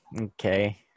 okay